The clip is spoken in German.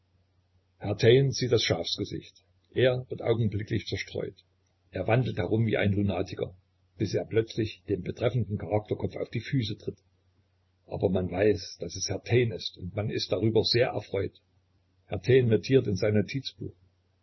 taine sieht das schafsgesicht er wird augenblicklich zerstreut er wandelt herum wie ein lunatiker bis er plötzlich dem betreffenden charakterkopf auf die füße tritt aber man weiß daß es herr taine ist und man ist darüber sehr erfreut herr taine notiert in sein notizbuch